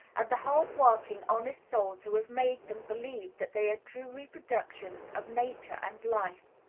and the hard-working, honest souls who have made them believe that they are true reproductions of nature and life.